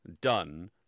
done